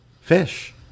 fish